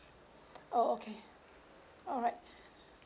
oh okay alright